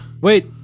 wait